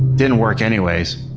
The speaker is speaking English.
didn't work anyways,